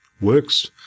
works